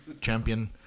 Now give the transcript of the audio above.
Champion